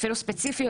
אפילו ספציפיות,